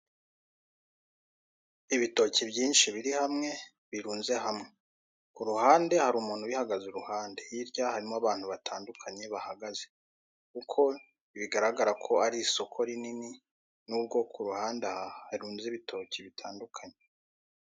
Ibitoki byinshi biri hamwe birunze hamwe ku ruhande hari umuntu ubihagaze i ruhande hirya harimo abantu batandukanye bahagaze, uko bigaragara ko ari isoko rinini nubwo ku ruhande aha harunze ibitoki bitandukanye.